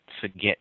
forget